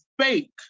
fake